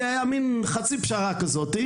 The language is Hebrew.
זה היה מן חצי פשרה כזאת,